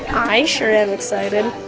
i sure am excited.